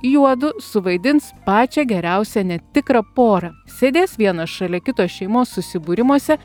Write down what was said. juodu suvaidins pačią geriausią netikrą porą sėdės vienas šalia kito šeimos susibūrimuose